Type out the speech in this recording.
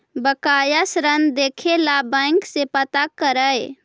बकाया ऋण देखे ला बैंक से पता करअ